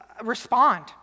respond